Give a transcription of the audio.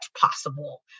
possible